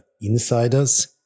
insiders